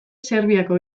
serbiako